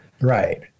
Right